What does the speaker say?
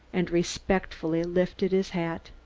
and respectfully lifted his hat.